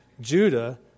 Judah